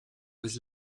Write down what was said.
was